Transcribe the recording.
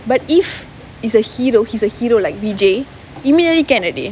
but if it's a hero he's a hero like vijay immediately can already